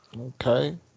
Okay